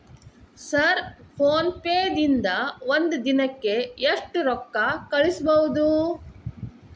Sir PhonePe ದಿಂದ ಒಂದು ದಿನಕ್ಕೆ ಎಷ್ಟು ರೊಕ್ಕಾ ಕಳಿಸಬಹುದು?